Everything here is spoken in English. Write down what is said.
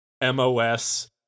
MOS